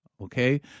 Okay